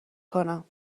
کنم